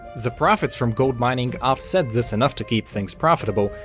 the profits from gold mining offset this enough to keep things profitable,